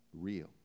real